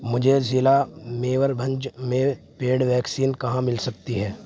مجھے ضلع میوربھنج میں پیڈ ویکسین کہاں مل سکتی ہے